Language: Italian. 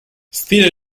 stile